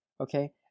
Okay